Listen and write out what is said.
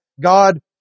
God